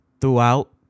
throughout